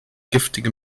giftige